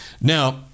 Now